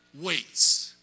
waits